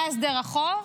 מה הסדר החוב?